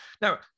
Now